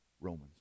Romans